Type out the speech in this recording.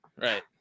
Right